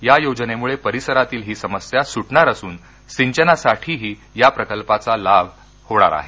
या योजनेमुळे परिसरातील ही समस्या सुटणार असून सिंचनासाठीही या प्रकल्पाचा लाभ होईल